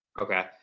Okay